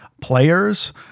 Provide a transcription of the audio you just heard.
players